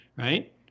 Right